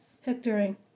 hectoring